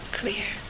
clear